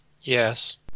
Yes